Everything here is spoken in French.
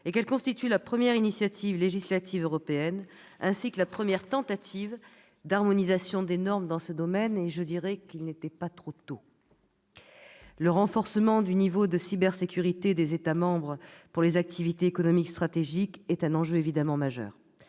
et qu'elle constitue la première initiative législative européenne ainsi que la première tentative d'harmonisation des normes dans ce domaine- il n'était pas trop tôt. Le renforcement du niveau de cybersécurité des États membres pour les activités économiques stratégiques est un enjeu majeur,